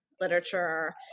literature